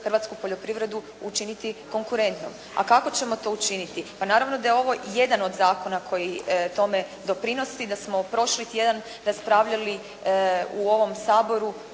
hrvatsku poljoprivredu učiniti konkurentnom. A kako ćemo to učiniti? Pa naravno da je ovo jedan od zakona koji tome doprinosi i da smo prošli tjedan raspravljali u ovom Saboru